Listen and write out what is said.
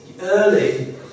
early